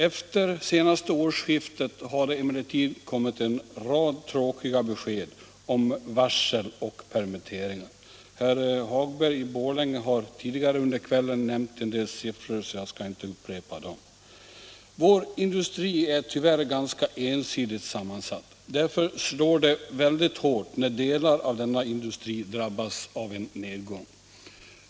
Efter senaste årsskiftet har det emellertid kommit en rad tråkiga besked om varsel och permitteringar. Herr Hagberg i Borlänge har tidigare under kvällen angett en del siffror, varför jag inte skall upprepa dem. Vår industri är tyvärr ganska ensidigt sammansatt. Därför slår det väldigt hårt när delar av denna industri drabbas av en nedgång.